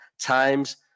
times